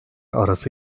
arası